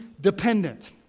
dependent